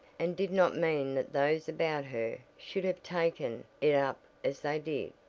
and did not mean that those about her should have taken it up as they did.